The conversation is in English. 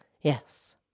Yes